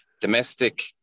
domestic